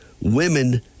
women